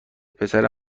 پسر